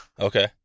okay